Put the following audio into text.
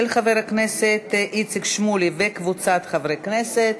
של חבר הכנסת איציק שמולי וקבוצת חברי הכנסת.